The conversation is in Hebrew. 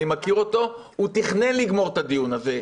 אני מכיר אותו, הוא תכנן לגמור את הדיון הזה.